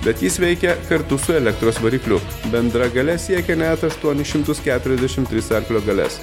bet jis veikia kartu su elektros varikliu bendra galia siekia net aštuonis šimtus keturiasdešim trys arklio galias